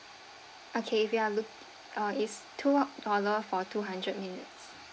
okay if you are look uh it's two dollar for two hundred minutes